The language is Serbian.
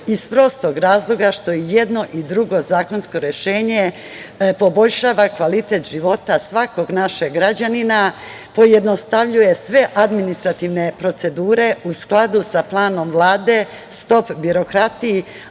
iz prostog razloga što i jedno i drugo zakonsko rešenje poboljšava kvalitet života svakog našeg građanina, pojednostavljuje sve administrativne procedure u skladu sa planom Vlade „Stop birokratiji“,